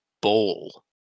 bowl